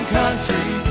country